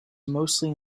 mostly